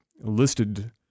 listed